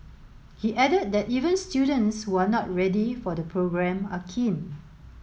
he added that even students who are not ready for the programme are keen